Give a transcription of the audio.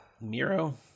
Miro